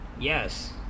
Yes